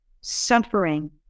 suffering